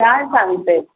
काय सांगते